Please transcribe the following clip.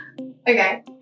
Okay